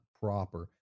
proper